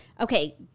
Okay